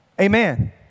Amen